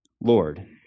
Lord